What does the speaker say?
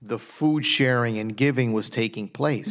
the food sharing and giving was taking place